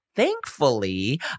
Thankfully